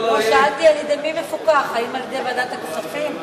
שאלתי על-ידי מי מפוקח, האם על-ידי ועדת הכספים?